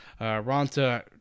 Ronta